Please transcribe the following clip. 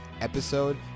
episode